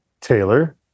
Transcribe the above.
Taylor